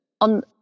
on